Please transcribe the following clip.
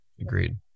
Agreed